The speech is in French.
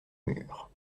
mur